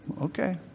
Okay